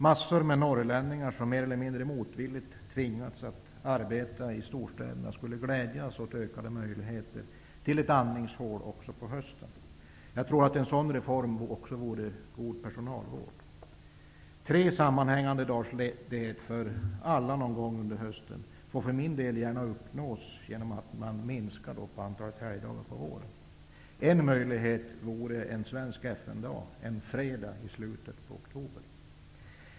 Massor med norrlänningar, som mer eller mindre motvilligt har tvingats att arbeta i storstäderna, skulle glädjas åt ökade möjligheter till ett andningshål också under hösten. En sådan reform vore dessutom god personalvård. Tre sammanhängande dagars ledighet för alla någon gång under hösten får för min del gärna införas genom att man minskar antalet helgdagar på våren. En möjlighet vore att införa en svensk Fru talman!